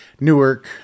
Newark